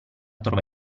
trova